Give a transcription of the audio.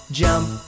jump